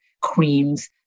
creams